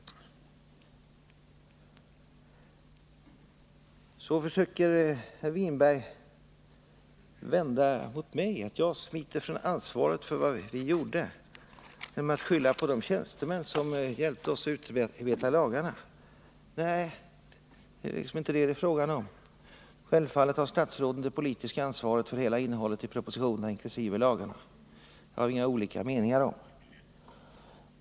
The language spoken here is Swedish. Så försöker herr Winberg säga om mig att jag smiter från ansvaret för vad vi gjorde genom att skylla på de tjänstemän som hjälpte oss att utarbeta lagarna. Nej, det är liksom inte detta det är fråga om. Självfallet har statsråden det politiska ansvaret för hela innehållet i propositionerna inkl. lagarna — det har vi inga olika meningar om.